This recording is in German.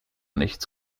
nichts